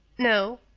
no,